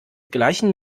gleichen